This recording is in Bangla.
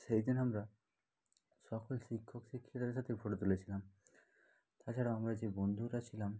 সেই দিন আমরা সকল শিক্ষক শিক্ষিকার সাথেই ফটো তুলেছিলাম তাছাড়া আমরা যে বন্ধুরা ছিলাম